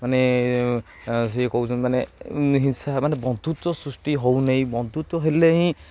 ମାନେ ସିଏ କହୁଛନ୍ତି ମାନେ ହିଂସା ମାନେ ବନ୍ଧୁତ୍ୱ ସୃଷ୍ଟି ହେଉନହିଁ ବନ୍ଧୁତ୍ୱ ହେଲେ ହିଁ